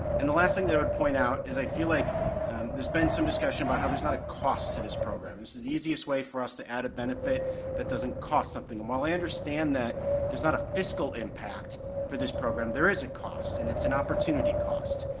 and the last thing that i would point out, is i feel like there's been some discussion about how there's not a cost to this program, it's the easiest way for us to add a benefit that doesn't cost something, and while i understand that there's not a fiscal impact for this program, there is a cost, and it's an opportunity cost.